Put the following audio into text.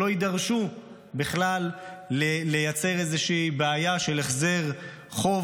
שלא יידרשו בכלל לייצר איזושהי בעיה של החזר חוב.